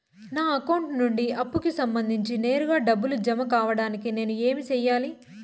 నా అకౌంట్ నుండి అప్పుకి సంబంధించి నేరుగా డబ్బులు జామ కావడానికి నేను ఏమి సెయ్యాలి?